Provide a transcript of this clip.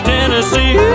Tennessee